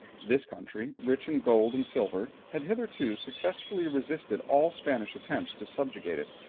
this country, rich in gold and silver, had hitherto successfully resisted all spanish attempts to subjugate it,